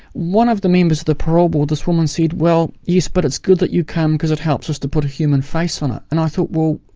one of the members of the parole board, this woman, said, well yes, but it's good that you come because it helps us to put a human face on it. and i thought, well,